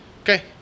Okay